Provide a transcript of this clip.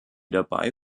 dabei